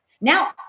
Now